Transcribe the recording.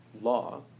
law